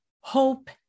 hope